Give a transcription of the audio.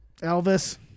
Elvis